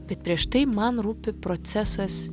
bet prieš tai man rūpi procesas